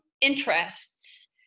interests